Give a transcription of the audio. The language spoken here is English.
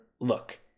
look